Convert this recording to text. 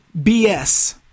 BS